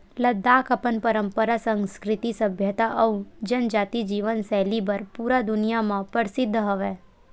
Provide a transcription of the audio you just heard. लद्दाख अपन पंरपरा, संस्कृति, सभ्यता अउ जनजाति जीवन सैली बर पूरा दुनिया म परसिद्ध हवय